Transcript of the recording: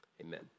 amen